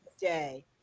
day